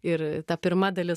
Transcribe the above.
ir ta pirma dalis